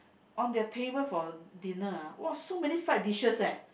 on their table for dinner ah !wah! so many side dishes eh